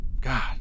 God